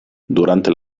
durante